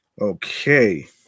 Okay